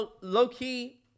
low-key